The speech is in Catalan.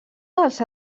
dels